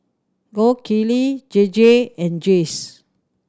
Gold Kili J J and Jays